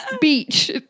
Beach